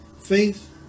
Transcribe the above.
faith